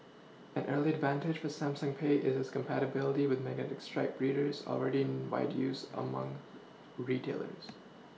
an early advantage for Samsung pay is its compatibility with magnetic stripe readers already in wide use among retailers